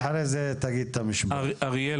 אריאל